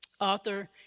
author